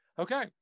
okay